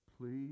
Please